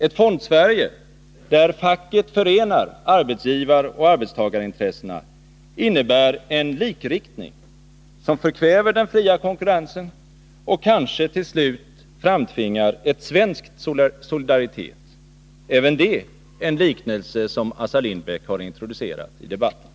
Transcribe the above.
Ett Fondsverige, där facket förenar arbetsgivaroch arbetstagarintressena, innebär en likriktning som förkväver den fria konkurrensen och kanske till slut framtvingar ett svenskt Solidaritet — även det en liknelse som Assar Lindbeck har introducerat i debatten.